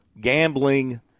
gambling